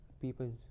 people